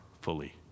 fully